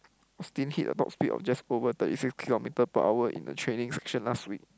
Austin hit about speed of just over thirty six kilometer per hour in the training last week